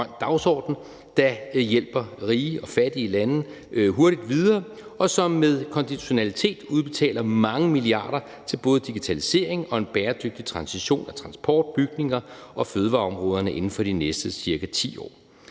der hjælper rige og fattige lande hurtigt videre, og som med konditionalitet udbetaler mange milliarder kroner til både digitalisering og en bæredygtig transition af transport-, bygnings- og fødevareområdet inden for de næste ca. 10 år.